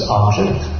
object